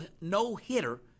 no-hitter